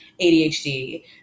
ADHD